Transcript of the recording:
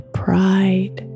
pride